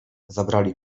zabrali